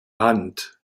hand